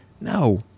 No